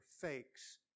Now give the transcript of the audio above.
fakes